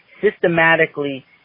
systematically